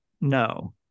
no